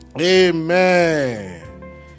Amen